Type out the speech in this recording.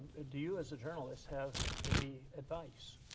ah do you as a journalist have any advice?